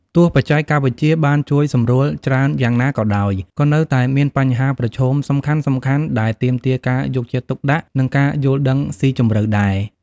ទោះបច្ចេកវិទ្យាបានជួយសម្រួលច្រើនយ៉ាងណាក៏ដោយ ក៏នៅតែមានបញ្ហាប្រឈមសំខាន់ៗដែលទាមទារការយកចិត្តទុកដាក់ និងការយល់ដឹងស៊ីជម្រៅដែរ។